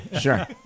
Sure